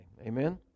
Amen